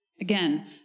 Again